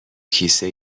کیسه